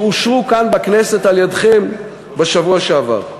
שאושרו כאן, בכנסת, על-ידיכם בשבוע שעבר.